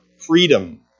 freedom